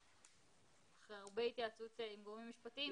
אחרי הרבה התייעצות עם גורמים משפטיים,